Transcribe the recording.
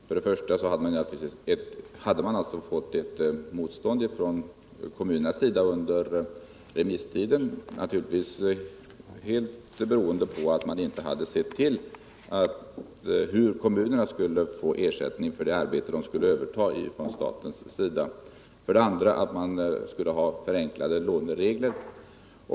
För det första blev det motstånd från kommunernas sida under remisstiden, naturligtvis helt beroende på att man inte hade sett till hur kommunerna skulle få ersättning för det arbete de skulle överta från staten. För det andra skulle man ha förenklade låneregler.